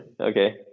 Okay